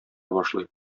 башлый